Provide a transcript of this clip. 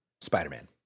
Spider-Man